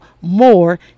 more